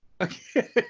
Okay